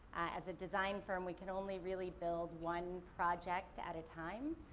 as a design firm, we can only really build one project at time.